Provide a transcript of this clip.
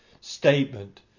statement